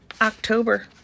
October